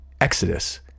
Exodus